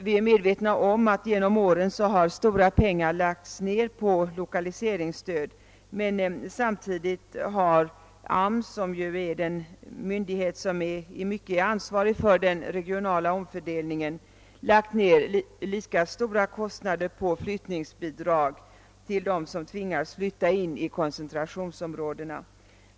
Vi är medvetna om att stora pengar genom åren har använts för lokaliseringsstöd, men samtidigt har AMS, den myndighet som i mycket är ansvarig för den regionala omfördelningen, lagt ned lika stora pengar på flyttningsbidrag m.m. till dem som tvingats flytta in i koncentrationsområden.